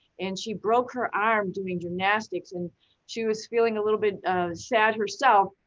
and she broke her arm doing gymnastics. and she was feeling a little bit sad herself.